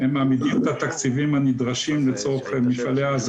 לגבי המסמך של ה-18 במרץ